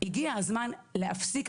הגיע הזמן להפסיק.